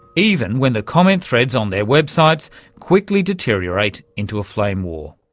even when the comment threads on their websites quickly deteriorate into a flame war.